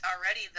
already